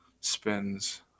spins